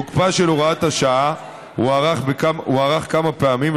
תוקפה של הוראת השעה הוארך כמה פעמים,